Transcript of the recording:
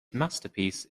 masterpiece